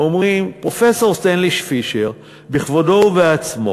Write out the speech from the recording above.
אומרים: פרופסור סטנלי פישר בכבודו ובעצמו